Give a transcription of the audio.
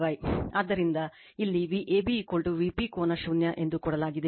ಆದ್ದರಿಂದ ಇಲ್ಲಿ Vab Vp ಕೋನ ಶೂನ್ಯ ಎಂದು ಕೊಡಲಾಗಿದೆ